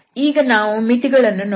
ಈಗ ನಾವು ಮಿತಿ ಗಳನ್ನು ನೋಡೋಣ